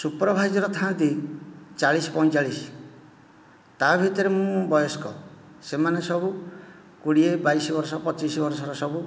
supervisor ଥାନ୍ତି ଚାଳିଶ ପଇଁଚାଳିଶ ତା' ଭିତରେ ମୁଁ ବୟସ୍କ ସେମାନେ ସବୁ କୋଡ଼ିଏ ବାଇଶ ବର୍ଷ ପଚିଶ ବର୍ଷର ସବୁ